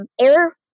air